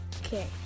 Okay